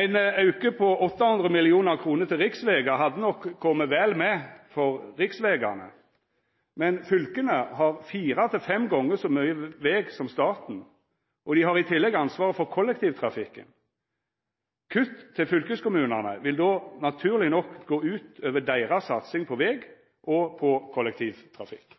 Ein auke på 800 mill. kr til riksvegar hadde nok kome vel med for riksvegane, men fylka har fire–fem gonger så mykje veg som staten, og dei har i tillegg ansvaret for kollektivtrafikken. Kutt til fylkeskommunane vil då naturleg nok gå ut over deira satsing på veg og kollektivtrafikk.